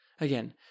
Again